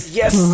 yes